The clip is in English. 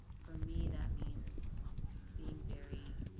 for me that means being very